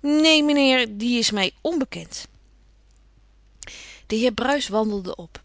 neen menheer dat is mij onbekend de heer bruis wandelde op